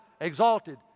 exalted